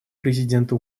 президента